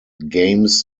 games